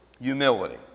humility